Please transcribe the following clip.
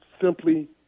simply –